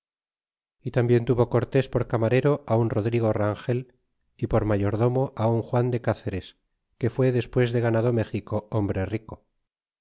y tambien tuvo cortés por camarero un rodrigo rangel y por mayordomo un juan de cceres que fue despues de ganado méxico hombre rico